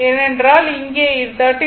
ஏனென்றால் இங்கே இது 13